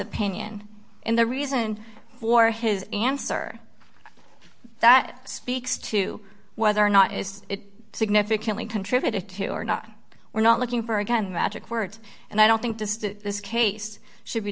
opinion and the reason for his answer that speaks to whether or not is it significantly contributed to or not we're not looking for a kind of magic words and i don't think this case should be